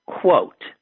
quote